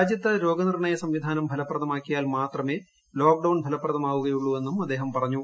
രാജ്യത്ത് രോഗനിർണ്ണയ സംവിധാനം ഫലപ്രദമാക്കിയാൽ മാത്രമേ ലോക്ഡൌൺ ഫലപ്രദമാവുകയുള്ളൂ എന്നും അദ്ദേഹം പറഞ്ഞു